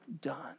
done